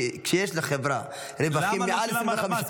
כי כשיש לחברה רווחים מעל --- למה לא שולם עליו מס?